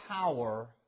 power